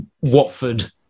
Watford